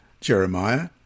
Jeremiah